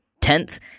Tenth